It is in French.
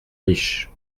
riche